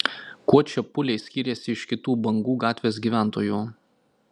kuo čepuliai skyrėsi iš kitų bangų gatvės gyventojų